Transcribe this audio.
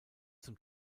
zum